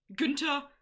Günther